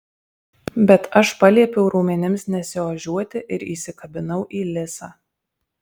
bet aš paliepiau raumenims nesiožiuoti ir įsikabinau į lisą